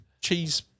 cheese